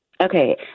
Okay